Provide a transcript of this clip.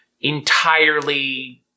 entirely